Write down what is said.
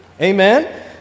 Amen